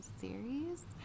series